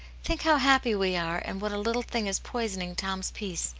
think how, happy we are, and what a little thing is poisoning tom's peace,